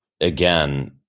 again